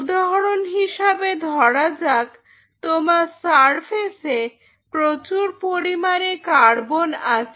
উদাহরণ হিসেবে ধরা যাক তোমার সারফেসে প্রচুর পরিমাণে কার্বন আছে